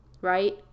right